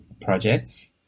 projects